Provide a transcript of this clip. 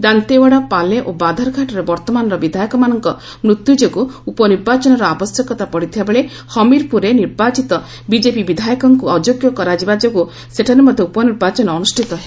ଦାନ୍ତେୱାଡା ପାଲେ ଓ ବଧରଘାଟର ବର୍ତ୍ତମାନ ବିଧାୟକମାନଙ୍କ ମୃତ୍ୟୁ ଯୋଗୁଁ ଉପନିର୍ବାଚନର ଆବଶ୍ୟକତା ପଡିଥିବାବେଳେ ହମିରପୁରଠାରେ ନିର୍ବାଚିତ ବିଜେପି ବିଧାୟକଙ୍କୁ ଅଯୋଗ୍ୟ କରାଯିବା ଯୋଗୁଁ ସେଠାରେ ମଧ୍ୟ ଉପ ନିର୍ବାଚନ ଅନୁଷ୍ଠିତ ହେବ